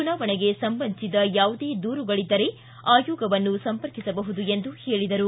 ಚುನಾವಣೆಗೆ ಸಂಬಂಧಿಸಿದ ಯಾವುದೇ ದೂರುಗಳಿದ್ದರೆ ಆಯೋಗವನ್ನು ಸಂಪರ್ಕಿಸಬಹುದು ಎಂದು ಹೇಳದರು